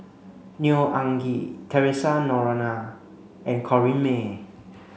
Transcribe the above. Neo Anngee Theresa Noronha and Corrinne May